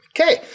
Okay